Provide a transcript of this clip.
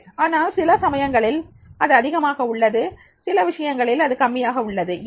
ஆனால் சில விஷயங்களில் அது அதிகமாக உள்ளது சில விஷயங்களில் அது கம்மியாக உள்ளது ஏன்